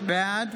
בעד